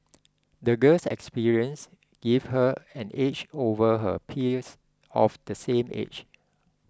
the girl's experiences gave her an edge over her peers of the same age